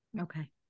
Okay